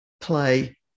play